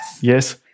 Yes